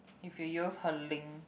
if you use her link